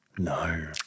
No